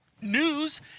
News